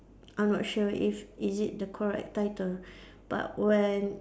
I'm not sure if is it the correct title but when